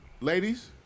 Ladies